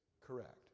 Correct